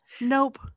Nope